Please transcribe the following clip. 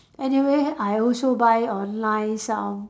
anyways I also buy online some